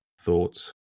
thoughts